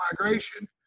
migration